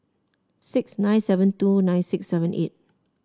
six nine seven two nine six seven eight